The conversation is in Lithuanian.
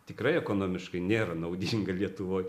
tikrai ekonomiškai nėra naudinga lietuvoj